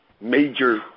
major